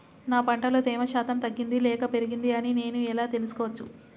నా పంట లో తేమ శాతం తగ్గింది లేక పెరిగింది అని నేను ఎలా తెలుసుకోవచ్చు?